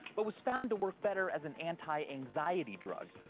but was found to work better as an anti-anxiety drug.